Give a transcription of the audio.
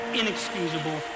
inexcusable